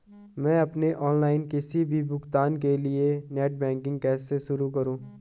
मैं अपने ऑनलाइन किसी भी भुगतान के लिए नेट बैंकिंग कैसे शुरु करूँ?